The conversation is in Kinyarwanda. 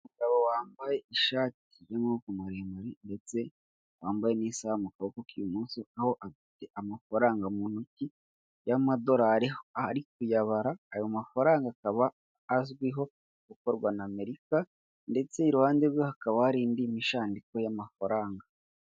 Umugabo wambaye ishati y'amaboko maremare ndetse wambaye n'isaha mu kaboko k'ibumoso aho afite amafaranga mu ntoki y'amadolari aho ari kuyabara, ayo mafaranga akaba azwiho gukorwa n'Amerika ndetse iruhande rwe hakaba hari indi mishandiko y'amafaranga.